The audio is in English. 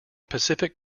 pacific